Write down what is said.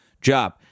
job